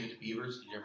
beavers